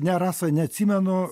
ne rasa neatsimenu